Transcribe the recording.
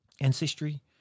ancestry